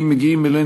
אם מגיעים אלינו,